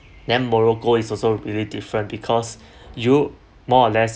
then morocco is also really different because europe more or less